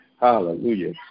hallelujah